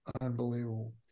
unbelievable